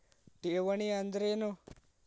ಠೇವಣಿ ಅಂದ್ರೇನು?